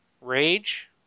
Rage